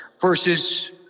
versus